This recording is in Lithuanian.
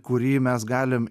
kurį mes galim